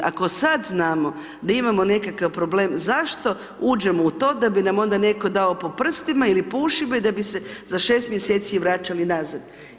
Ako sad znamo da imamo nekakav problem, zašto uđemo u to da bi nam onda neko dao po prstima ili po ušima i da bi se za 6 mjeseci vraćali nazad.